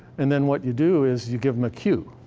and then, what you do is you give them a cue.